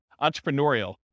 Entrepreneurial